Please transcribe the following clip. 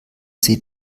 sie